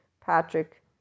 Patrick